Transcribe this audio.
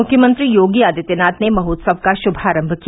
मुख्यमंत्री योगी आदित्यनाथ ने महोत्सव का शुभारम्म किया